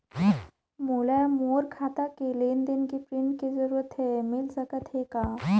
मोला मोर खाता के लेन देन के प्रिंट के जरूरत हे मिल सकत हे का?